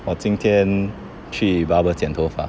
我今天去 barber 剪头发